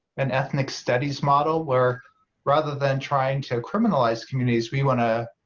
an ethnic studies model, where rather than trying to criminalize communities we want to,